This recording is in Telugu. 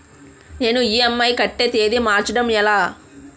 నేను ఇ.ఎం.ఐ కట్టే తేదీ మార్చడం ఎలా?